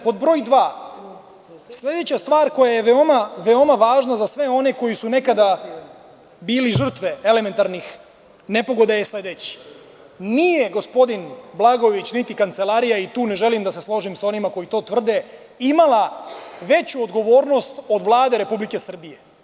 Pod broj dva, sledeća stvar koja je veoma, veoma važna za sve one koji su nekada bili žrtve elementarnih nepogoda je sledeće, nije gospodin Blagojević niti Kancelarija, i tu ne želim da se složim sa onima koji to tvrde, imala veću odgovornost od Vlade Republike Srbije.